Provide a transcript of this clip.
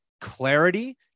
clarity